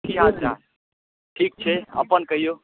की हाल चाल ठीक छै अपन कहियौ